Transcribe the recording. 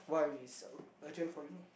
what is urgent for you